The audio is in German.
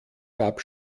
gab